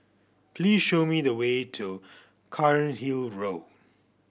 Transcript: please show me the way to Cairnhill Road